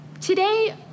Today